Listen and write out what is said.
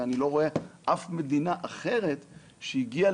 אני לא רואה שום מדינה אחרת שהגיעה